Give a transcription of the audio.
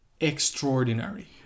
extraordinary